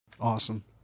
awesome